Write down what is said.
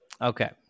Okay